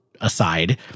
aside